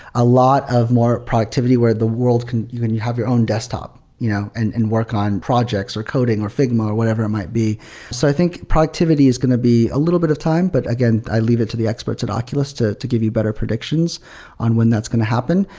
a lot of more productivity where the world can even and you have your own desktop you know and and work on projects, or coding, or figma, or whatever it might be i so think, productivity is going to be a little bit of time. but again, i leave it to the experts at oculus to to give you better predictions on when that's going to happen.